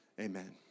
Amen